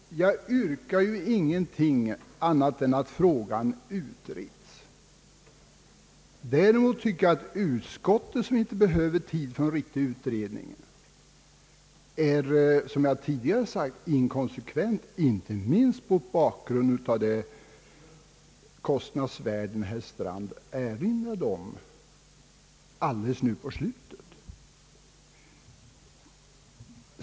Jag har nämligen inte yrkat någonting annat än att frågan skall utredas. Däremot anser jag — som jag tidigare sagt — att utskottet, som tycker att det inte behövs någon tid för en riktig utredning, är inkonsekvent, inte minst med hänsyn till de kostnader herr Strand erinrade om i slutet av sitt senaste anförande.